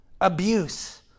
abuse